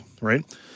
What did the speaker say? right